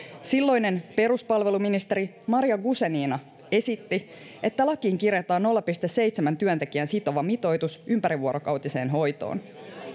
silloinen peruspalveluministeri maria guzenina esitti että lakiin kirjataan nolla pilkku seitsemän työntekijän sitova mitoitus ympärivuorokautiseen hoitoon